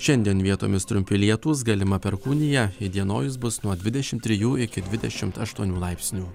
šiandien vietomis trumpi lietūs galima perkūnija įdienojus bus nuo dvidešim trijų iki dvidešim aštuonių laipsnių